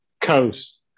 coast